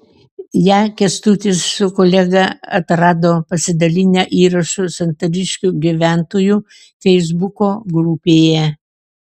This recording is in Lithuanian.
ją kęstutis su kolega atrado pasidalinę įrašu santariškių gyventojų feisbuko grupėje